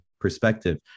perspective